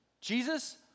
Jesus